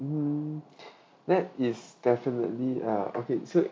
mm that is definitely ah okay so